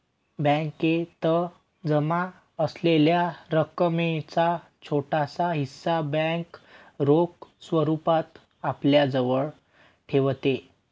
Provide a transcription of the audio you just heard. बॅकेत जमा असलेल्या रकमेचा छोटासा हिस्सा बँक रोख स्वरूपात आपल्याजवळ ठेवते